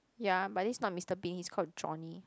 yeah but this is not Mister Bean he's called Johnny